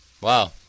Wow